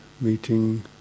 meeting